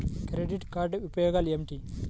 Credit card ఉపయోగాలు ఏమిటి?